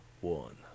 one